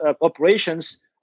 operations